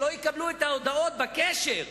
שלא יקבלו את ההודעות בקשר,